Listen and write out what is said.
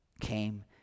came